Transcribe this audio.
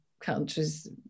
countries